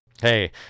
Hey